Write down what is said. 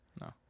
No